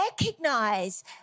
recognize